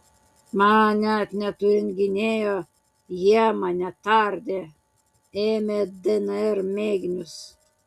man net neturint gynėjo jie mane tardė ėmė dnr mėginius